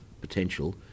potential